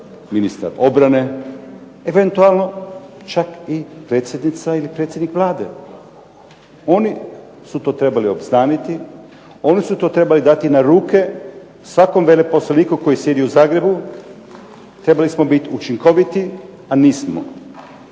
ministar obrane, eventualno čak i predsjednica ili predsjednik Vlade. Oni su to trebali obznaniti, oni su to trebali dati na ruke svakom veleposlaniku koji sjedi u Zagrebu. Trebali smo biti učinkoviti, a nismo.